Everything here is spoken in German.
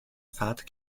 fahrt